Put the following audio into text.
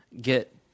get